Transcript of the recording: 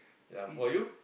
ya for you